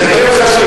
זה כן חשוב.